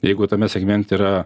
jeigu tame segmente yra